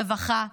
רווחה,